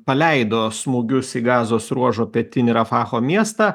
paleido smūgius į gazos ruožo pietinį rafacho miestą